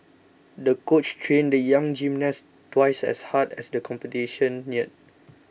the coach trained the young gymnast twice as hard as the competition neared